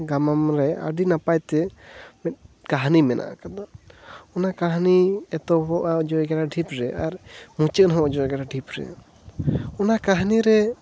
ᱜᱟᱢᱟᱢ ᱨᱮ ᱟᱹᱰᱤ ᱟᱹᱰᱤ ᱱᱟᱯᱟᱭ ᱛᱮ ᱢᱤᱫ ᱠᱟᱦᱟᱱᱤ ᱢᱮᱱᱟᱜ ᱟᱠᱟᱫᱟ ᱚᱱᱟ ᱠᱟᱦᱟᱱᱤ ᱮᱛᱚᱦᱚᱵᱚᱜᱼᱟ ᱚᱡᱚᱭ ᱜᱟᱰᱟ ᱰᱷᱤᱯ ᱨᱮ ᱟᱨ ᱢᱩᱪᱟᱹᱫ ᱦᱚᱸ ᱚᱡᱚᱭ ᱜᱟᱰᱟ ᱰᱷᱤᱯ ᱨᱮ ᱚᱱᱟ ᱠᱟᱦᱟᱱᱤ ᱨᱮ